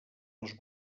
els